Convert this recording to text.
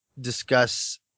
discuss